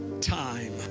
time